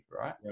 right